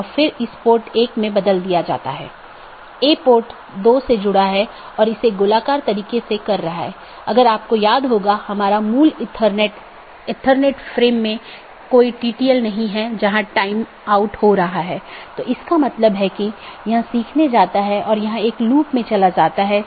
इसलिए जो हम देखते हैं कि मुख्य रूप से दो तरह की चीजें होती हैं एक है मल्टी होम और दूसरा ट्रांजिट जिसमे एक से अधिक कनेक्शन होते हैं लेकिन मल्टी होमेड के मामले में आप ट्रांजिट ट्रैफिक की अनुमति नहीं दे सकते हैं और इसमें एक स्टब प्रकार की चीज होती है जहां केवल स्थानीय ट्रैफ़िक होता है मतलब वो AS में या तो यह उत्पन्न होता है या समाप्त होता है